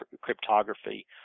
cryptography